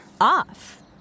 Off